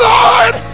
Lord